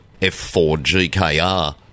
F4GKR